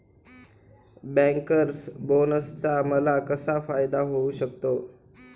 Bankers बोनसचा मला कसा फायदा होऊ शकतो?